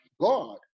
God